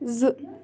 زٕ